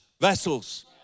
vessels